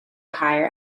higher